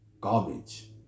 garbage